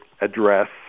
address